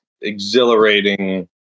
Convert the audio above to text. exhilarating